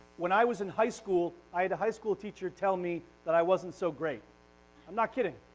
when i was in high school i had a high school teacher tell me that i wasn't so great. i'm not kidding.